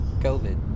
COVID